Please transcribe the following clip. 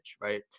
right